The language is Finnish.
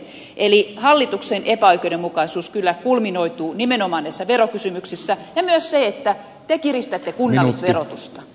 eli hallituksen epäoikeudenmukaisuus kyllä kulminoituu nimenomaan näissä verokysymyksissä ja myös se että te kiristätte kunnallisverotusta